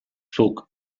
zuk